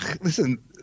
Listen